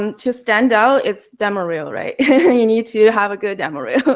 um to stand out, it's demo reel right? you need to have a good demo reel.